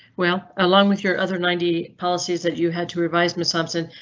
well, along with your other ninety policies that you had to revise my samson.